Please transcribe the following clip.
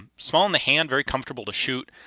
and small in the hand, very comfortable to shoot.